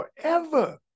forever